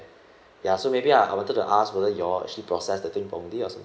ya so maybe I I wanted to ask whether you're actually process the thing wrongly or something